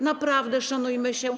Naprawdę szanujmy się.